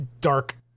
dark